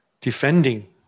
defending